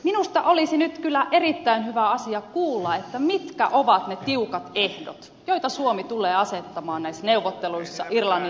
minusta olisi nyt kyllä erittäin hyvä asia kuulla mitkä ovat ne tiukat ehdot joita suomi tulee asettamaan näissä neuvotteluissa irlannin tukipaketille